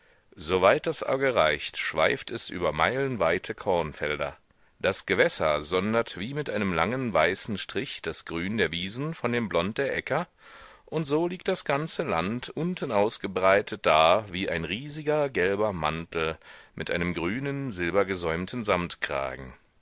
weit das auge reicht schweift es über meilenweite kornfelder das gewässer sondert wie mit einem langen weißen strich das grün der wiesen von dem blond der äcker und so liegt das ganze land unten ausgebreitet da wie ein riesiger gelber mantel mit einem grünen